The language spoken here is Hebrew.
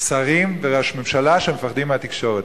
שרים וראשי ממשלה שפוחדים מהתקשורת.